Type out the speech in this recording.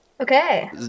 Okay